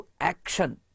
action